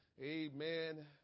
amen